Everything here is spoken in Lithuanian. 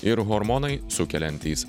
ir hormonai sukeliantys